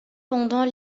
pendant